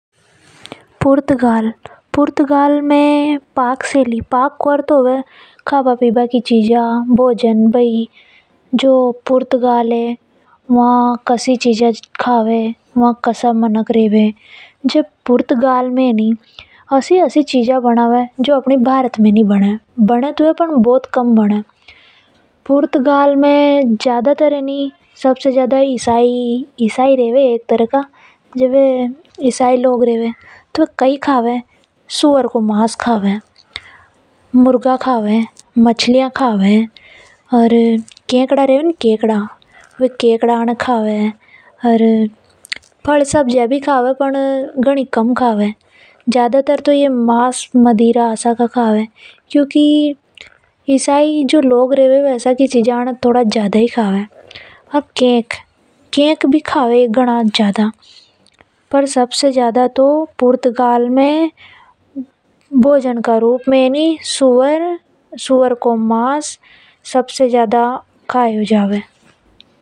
पुर्तगाल में पाक शैली को अर्थ भोजन से होवे है। खाना पीना की चीजा पाक को मतलब है। पुर्तगाल में लोग ऐसी ऐसी चीज बनावे जो अपने भारत में नि बने। बने तो है तोड़ी बहुत पर बहुत कम बने। यहां पे ईसाई रेवे एक तरह का। ये लोग ज्यादा सुवर को मांस खावे। मुर्गा, मछलियां, केकड़ा ऐसी नरी चीजा खावे। फल सब्जियां भी खावे पर घणी कम खावे। यहां का लोग केक भी खावे।